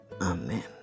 Amen